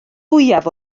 fwyaf